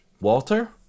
walter